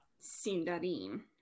sindarin